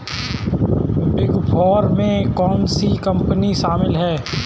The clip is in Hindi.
बिग फोर में कौन सी कंपनियाँ शामिल हैं?